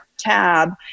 tab